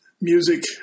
music